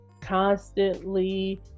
constantly